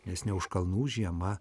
nes ne už kalnų žiema